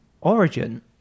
origin